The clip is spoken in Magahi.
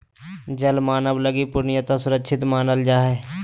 जल मानव लगी पूर्णतया सुरक्षित मानल जा हइ